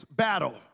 battle